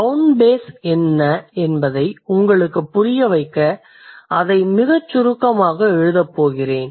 bound base என்ன என்பதை உங்களுக்குப் புரிய வைக்க அதை மிகச் சுருக்கமாக எழுதப் போகிறேன்